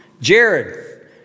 jared